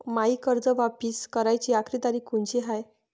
मायी कर्ज वापिस कराची आखरी तारीख कोनची हाय?